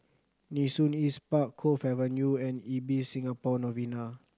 Nee Soon East Park Cove Avenue and Ibis Singapore Novena